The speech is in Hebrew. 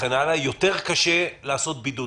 יותר קשה לעשות בידוד.